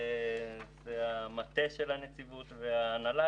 המטה של הנציבות וההנהלה.